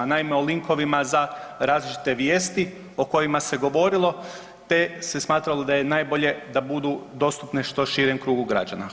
Naime, o likovima za različite vijesti o kojima se govorilo te se smatralo da je najbolje da budu dostupne što širem krugu građana.